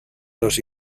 los